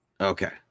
okay